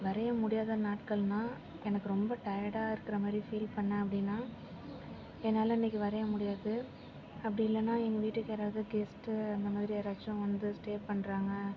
வரைய முடியாத நாட்கள்னா எனக்கு ரொம்ப டயர்டாக இருக்கிற மாதிரி ஃபீல் பண்ணன் அப்படினா என்னால் அன்னைக்கு வரைய முடியாது அப்படில்லான எங்கள் வீட்டுக்கு யாராவது கெஸ்ட்டு அந்த மாதிரி யாராச்சும் வந்து ஸ்டே பண்ணுறாங்க